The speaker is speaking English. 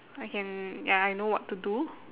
I can ya I know what to do